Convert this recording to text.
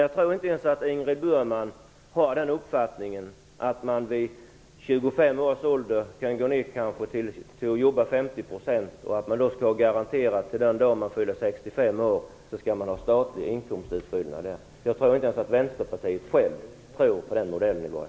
Jag tror inte ens att Ingrid Burman har den uppfattningen att man vid 25 års ålder skall kunna gå ner till att jobba 50 % och ha garanterad statlig inkomstutfyllnad till den dag man fyller 65 år. Jag tror inte ens att Vänsterpartiet tror på den modellen.